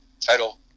title